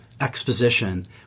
exposition